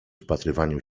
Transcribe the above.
wpatrywaniu